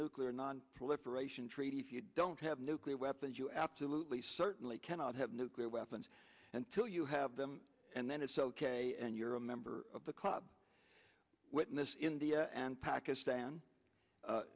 nuclear nonproliferation treaty if you don't have nuclear weapons you absolutely certainly cannot have nuclear weapons until you have them and then it's ok and you're a member of the club witness india and pakistan